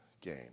game